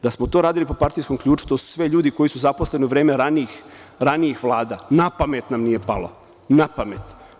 Da smo to radili po partijskom ključu to su sve ljudi koji su zaposleni u vreme ranijih vlada, na pamet nam nije palo, na pamet.